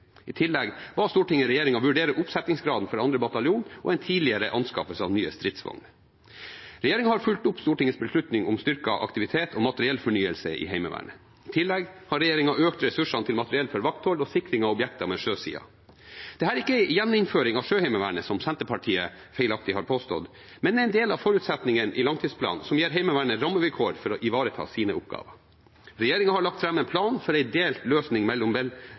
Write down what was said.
I tillegg ba Stortinget regjeringen vurdere oppsettingsgraden for 2. bataljon og en tidligere anskaffelse av nye stridsvogner. Regjeringen har fulgt opp Stortingets beslutning om styrket aktivitet og materiellfornyelse i Heimevernet. I tillegg har regjeringen økt ressursene til materiell for vakthold og sikring av objekter ved sjøsiden. Dette er ikke en gjeninnføring av Sjøheimevernet, slik Senterpartiet feilaktig har påstått, men en del av forutsetningene i langtidsplanen som gir Heimevernet rammevilkår for å ivareta sine oppgaver. Regjeringen har lagt fram en plan for en delt løsning